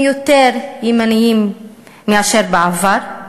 הם יותר ימנים מאשר בעבר,